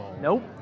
Nope